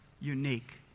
unique